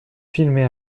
filmés